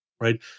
Right